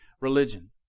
religion